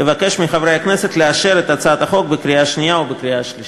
אבקש מחברי הכנסת לאשר את הצעת החוק בקריאה שנייה ובקריאה שלישית.